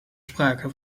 sprake